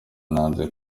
nanze